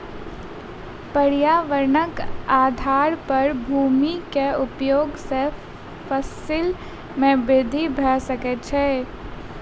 पर्यावरणक आधार पर भूमि के उपयोग सॅ फसिल में वृद्धि भ सकै छै